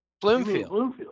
Bloomfield